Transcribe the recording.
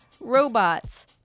robots